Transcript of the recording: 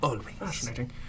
Fascinating